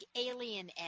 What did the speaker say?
alien